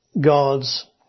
gods